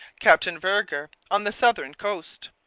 captain vergor, on the southern coast.